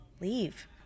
leave